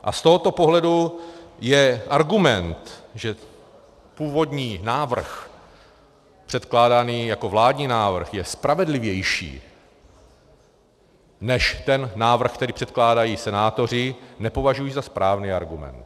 A z tohoto pohledu argument, že původní návrh předkládaný jako vládní návrh je spravedlivější než ten návrh, který předkládají senátoři, nepovažuji za správný argument.